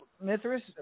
Mithras